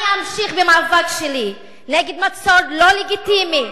אני אמשיך במאבק שלי נגד מצוד לא לגיטימי,